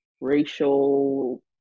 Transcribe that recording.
racial